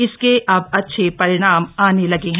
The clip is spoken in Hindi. इसके अब अच्छे परिणाम आने लगे हैं